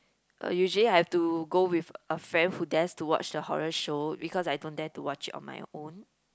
uh usually I've to go with a friend who dares to watch the horror show because I don't dare to watch it on my own